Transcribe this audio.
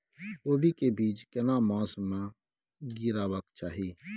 कोबी के बीज केना मास में गीरावक चाही?